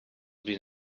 been